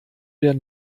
der